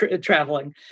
traveling